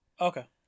Okay